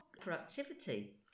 productivity